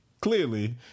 clearly